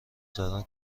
زدن